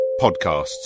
podcasts